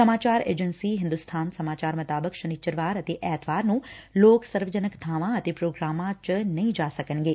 ਸਮਾਚਾਰ ਏਜੰਸੀ ਹਿੰਦੁਸਬਾਨ ਸਮਾਚਾਰ ਮੁਤਾਬਿਕ ਸ਼ਨੀਚਰਵਾਰ ਅਤੇ ਐਤਵਾਰ ਨੂੰ ਲੋਕ ਸਰਵਜਨਕ ਬਾਵਾਂ ਅਤੇ ਪ੍ਰੋਗਰਾਮਾਂ ਚ ਨਹੀ ਜਾ ਸਕਣਗੇ